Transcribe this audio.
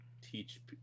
teach